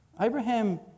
Abraham